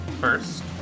first